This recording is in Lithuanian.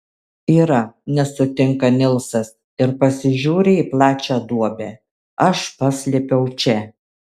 yra nesutinka nilsas ir pasižiūri į plačią duobę aš paslėpiau čia